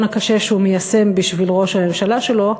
הקשה שהוא מיישם בשביל ראש הממשלה שלו,